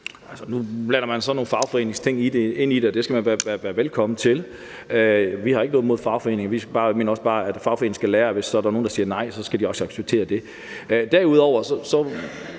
nu blander man så nogle fagforeningsting ind i det, og det skal man være velkommen til. Vi har ikke noget imod fagforeninger, vi mener bare, at fagforeningerne skal lære, at hvis der er nogen, der siger nej, så skal de også acceptere det. Derudover